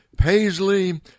Paisley